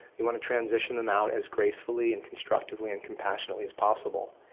you want to transition them out as gracefully and constructively and compassionately as possible.